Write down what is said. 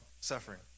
suffering